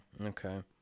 okay